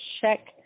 check